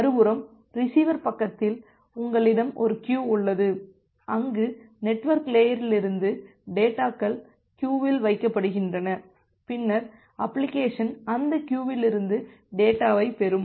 மறுபுறம் ரிசீவர் பக்கத்தில் உங்களிடம் ஒரு க்கியு உள்ளது அங்கு நெட்வொர்க் லேயரிலிருந்து டேட்டாக்கள் க்கியுவில் வைக்கப்படுகின்றன பின்னர் அப்ளிகேஷன் அந்த க்கியுவில் இருந்து டேட்டாவைப் பெறும்